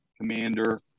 commander